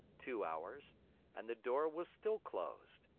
two hours and the door was still closed.